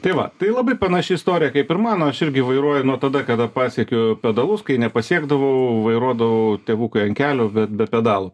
tai va tai labai panaši istorija kaip ir mano aš irgi vairuoju nuo tada kada pasiekiu pedalus kai nepasiekdavau vairuodavau tėvukui ant kelių bet be pedalų